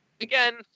Again